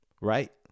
right